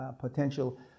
potential